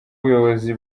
ubuyobozi